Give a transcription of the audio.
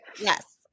Yes